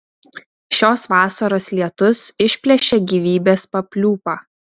šios vasaros lietus išplėšė gyvybės papliūpą